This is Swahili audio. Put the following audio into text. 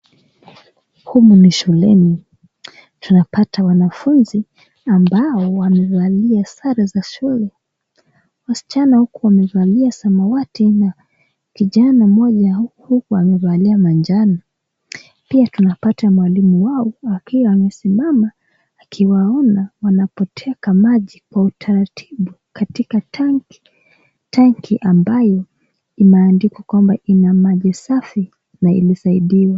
Humu ni shuleni. Tunapata wanafunzi ambao wamevalia sare za shule . Wasichana huku wamevalia samawati na kijana mmoja huku wamevalia manjano. Pia tunapata mwalimu wao akiwa amesimama akiwaona wanapoteka maji kwa utaratibu katika tanki, tanki ambayo imeandikwa kwamba ina maji safi na imehifadhiwa.